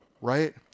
right